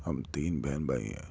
ہم تین بہن بھائی ہیں